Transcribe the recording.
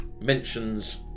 mentions